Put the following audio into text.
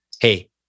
hey